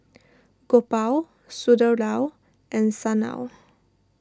Gopal Sunderlal and Sanal